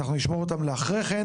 אנחנו נשמור אותן לאחריכן.